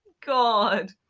God